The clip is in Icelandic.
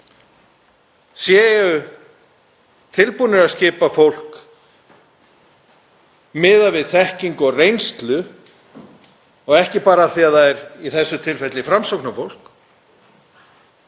sé tilbúinn að skipa fólk miðað við þekkingu og reynslu, og ekki bara af því að það er í þessu tilfelli Framsóknarfólk,